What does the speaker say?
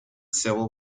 civil